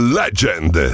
legend